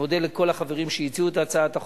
מוצע שהם יהיו זכאים להגדלת מענק ההשקעה